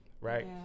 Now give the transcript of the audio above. right